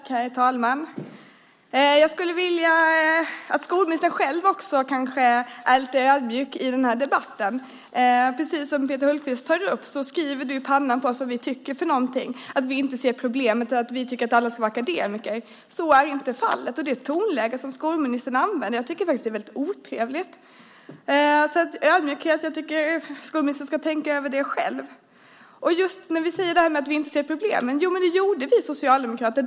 Herr talman! Jag skulle vilja att skolministern själv också kanske är lite ödmjuk i den här debatten. Precis som Peter Hultqvist tar upp skriver du oss på näsan vad vi tycker, att vi inte ser problemet och att vi tycker att alla ska vara akademiker. Så är inte fallet. Det tonläge som skolministern använder tycker jag är väldigt otrevligt. Ödmjukheten tycker jag att skolministern ska tänka över själv. Det sägs att vi inte ser problemen. Men det gjorde vi socialdemokrater.